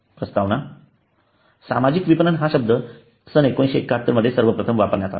प्रस्तावना सामाजिक विपणन हा शब्द 1971 मध्ये सर्वप्रथम वापरण्यात आला